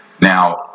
Now